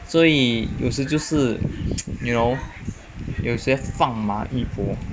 所以有时就是 you know 有些放马一博